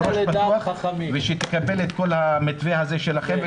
ראש פתוח ותקבל את כל המתווה הזה שלכם,